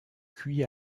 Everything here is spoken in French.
cuits